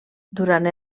durant